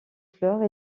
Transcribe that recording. fleurs